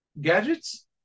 gadgets